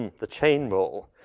the chain rule.